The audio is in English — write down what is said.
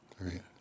Right